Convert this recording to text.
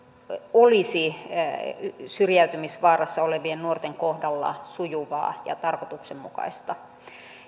olisi syrjäytymisvaarassa olevien nuorten kohdalla sujuvaa ja tarkoituksenmukaista